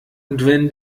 wenn